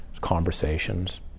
conversations